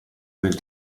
del